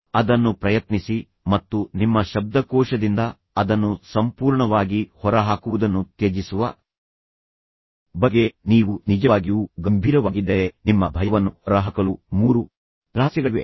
ಅದನ್ನು ಪ್ರಯತ್ನಿಸಿ ಮತ್ತು ನಿಮ್ಮ ಶಬ್ದಕೋಶದಿಂದ ಅದನ್ನು ಸಂಪೂರ್ಣವಾಗಿ ಹೊರಹಾಕುವುದನ್ನು ತ್ಯಜಿಸುವ ಬಗ್ಗೆ ನೀವು ನಿಜವಾಗಿಯೂ ಗಂಭೀರವಾಗಿದ್ದರೆ ನಿಮ್ಮ ಭಯವನ್ನು ಹೊರಹಾಕಲು ಮೂರು ರಹಸ್ಯಗಳಿವೆ